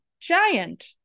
giant